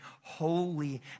holy